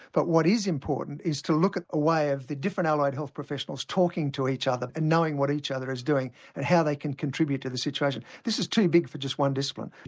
but what is important is to look at the way of the different allied health professionals talking to each other and knowing what each other is doing and how they can contribute to the situation. this is too big for just one discipline.